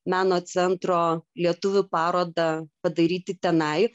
meno centro lietuvių parodą padaryti tenai